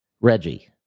Reggie